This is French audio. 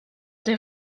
des